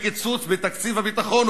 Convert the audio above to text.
בקיצוץ בתקציב הביטחון,